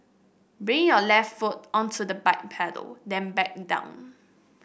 bring your left foot onto the bike pedal then back down